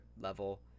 level